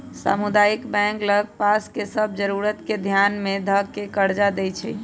सामुदायिक बैंक लग पास के सभ जरूरत के ध्यान में ध कऽ कर्जा देएइ छइ